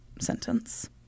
sentence